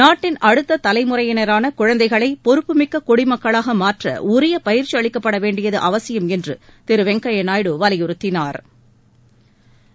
நாட்டின் அடுத்த தலைமுறையினரான குழந்தைகளை பொறுப்புமிக்க குடிமக்களாக மாற்ற உரிய பயிற்சி அளிக்கப்பட வேண்டியது அவசியம் என்று திரு வெங்கையா நாயுடு வலியுறுத்தினாா்